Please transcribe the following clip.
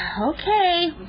Okay